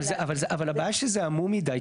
אבל הבעיה שזה עמום מידי.